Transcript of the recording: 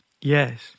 yes